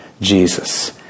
Jesus